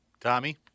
Tommy